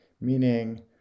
meaning